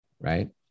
right